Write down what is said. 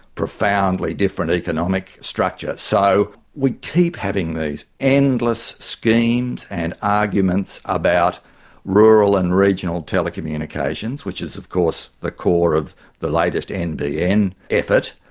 profoundly different economic structure. so we keep having these endless schemes and arguments about rural and regional telecommunications, which is of course the core of the latest nbn effort,